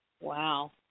Wow